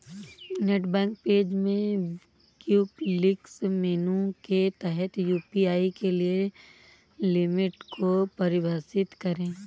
net bank page में quick links menu के तहत यू.पी.आई के लिए लिमिट को परिभाषित करें